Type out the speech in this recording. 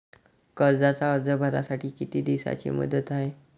कर्जाचा अर्ज भरासाठी किती दिसाची मुदत हाय?